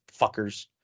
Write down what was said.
fuckers